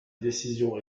décision